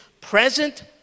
Present